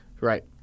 right